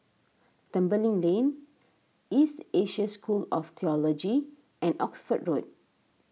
Tembeling Lane East Asia School of theology and Oxford Road